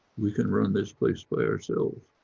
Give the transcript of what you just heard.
we can run this place by ourself,